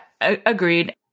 agreed